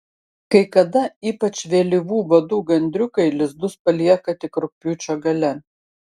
kai kada ypač vėlyvų vadų gandriukai lizdus palieka tik rugpjūčio gale